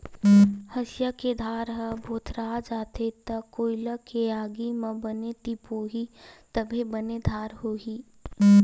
हँसिया के धार ह भोथरा जाथे त कोइला के आगी म बने तिपोही तभे बने धार होही